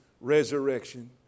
resurrection